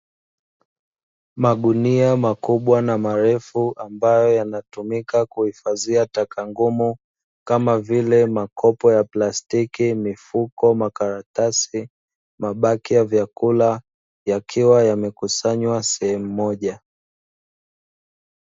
Magunia makubwa na marefu ambayo yanatumika kuhifadhia taka ngumu kama vile; makopo ya plastiki, mifuko, makaratasi, mabaki ya vyakula yakiwa yamekusanywa sehemu moja.